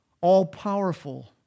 all-powerful